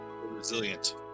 Resilient